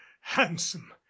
handsome